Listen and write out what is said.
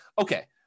okay